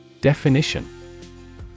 Definition